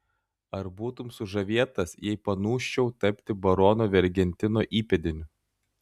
ar būtum sužavėtas jei panūsčiau tapti barono vergentino įpėdiniu